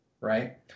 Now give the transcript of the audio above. right